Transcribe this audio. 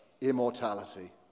immortality